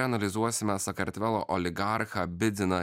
analizuosime sakartvelo oligarchą bidziną